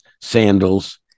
sandals